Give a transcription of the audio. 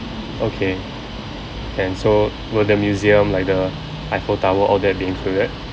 okay and so will the museum like the eiffel tower all that be included